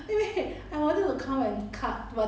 uneven